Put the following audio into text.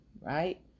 right